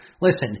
Listen